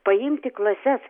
paimti klases